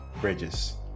Bridges